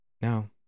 No